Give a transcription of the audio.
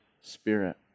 Spirit